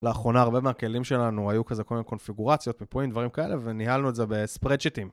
לאחרונה הרבה מהכלים שלנו היו כזה כל מיני קונפיגורציות, מיפויים, דברים כאלה וניהלנו את זה בספרדשיטים